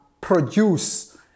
produce